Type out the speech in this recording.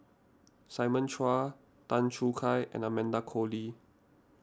Simon Chua Tan Choo Kai and Amanda Koe Lee